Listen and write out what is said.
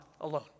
alone